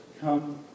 come